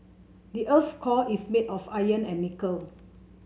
the earth's core is made of iron and nickel